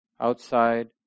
outside